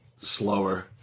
slower